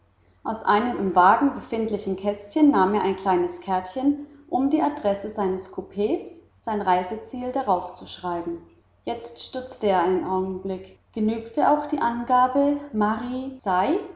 aus einem im wagen befindlichen kästchen nahm er ein kleines kärtchen um die adresse seines coups sein reiseziel daraufzuschreiben jetzt stutzte er einen augenblick genügte auch die angabe mari sei